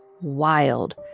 wild